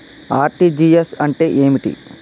RTGS అంటే ఏమిటి?